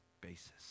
basis